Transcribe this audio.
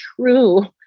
true